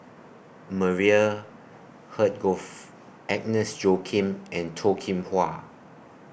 Maria Hertogh Agnes Joaquim and Toh Kim Hwa